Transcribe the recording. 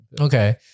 Okay